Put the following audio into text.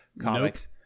Comics